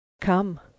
Come